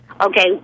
Okay